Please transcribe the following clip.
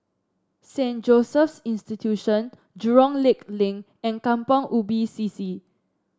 Saint Joseph's Institution Jurong Lake Link and Kampong Ubi C C